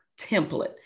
template